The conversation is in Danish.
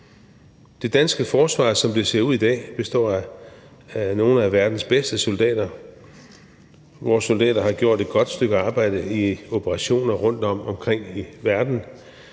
Det danske forsvar, som det ser ud i dag, har nogle af verdens bedste soldater. Vores soldater har gjort et godt stykke arbejde i operationer rundtomkring i verden,